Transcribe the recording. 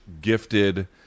gifted